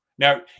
Now